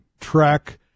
track